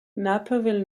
naperville